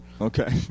okay